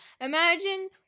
imagine